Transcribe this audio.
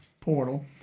portal